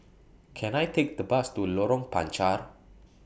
Can I Take The Bus to Lorong Panchar